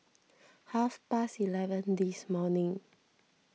half past eleven this morning